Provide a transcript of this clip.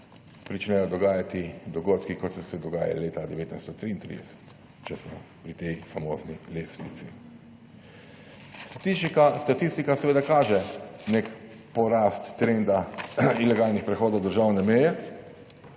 pričnejo dogajati dogodki, kot so se dogajali leta 1933, če smo pri tej famozni lestvici. Statistika. Statistika seveda kaže nek porast trenda ilegalnih prehodov državne meje,